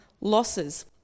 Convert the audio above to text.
losses